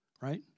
Right